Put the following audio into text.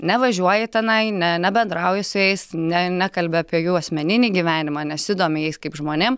nevažiuoji tenai ne nebendrauji su jais ne nekalbi apie jų asmeninį gyvenimą nesidomi jais kaip žmonėm